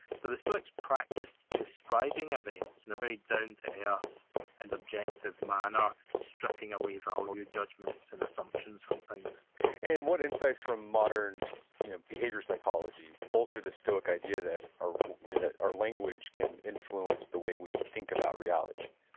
so, the stoics practiced describing events in a very down to earth and objective manner, stripping away value judgments and assumptions from things and what insights from modern behavior psychology bolster this stoic idea that our that our language can influence the way we think about reality?